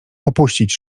opuścić